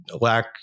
lack